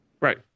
right